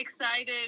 excited